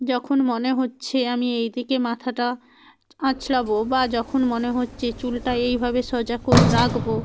যখন মনে হচ্ছে আমি এইদিকে মাথাটা আঁচড়াবো বা যখন মনে হচ্ছে চুলটা এইভাবে সোজা করে রাখব